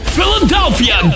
Philadelphia